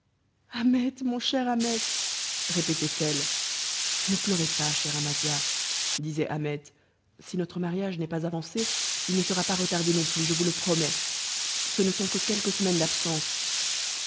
ahmet mon cher ahmet répétait-elle ne pleurez pas chère amasia disait ahmet si notre mariage n'est pas avancé il ne sera pas retardé non plus je vous le promets ce ne sont que quelques semaines d'absence